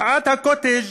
מחאת הקוטג',